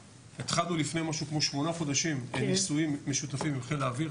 התחלנו לפני משהו כמו שמונה חודשים עם ניסויים משותפים עם חיל האוויר,